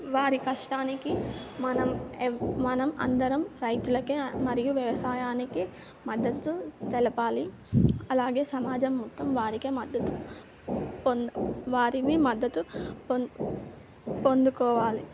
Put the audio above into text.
వారి కష్టానికి మనం ఎవ్ మనం అందరం రైతులకే మరియు వ్యవసాయానికి మద్దతు తెలపాలి అలాగే సమాజం మొత్తం వారికే మద్దతు పొంది వారిని మద్దతు పొందు పొందుకోవాలి